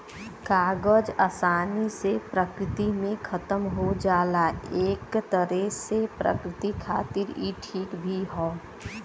कागज आसानी से प्रकृति में खतम हो जाला एक तरे से प्रकृति खातिर इ ठीक भी हौ